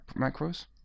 macros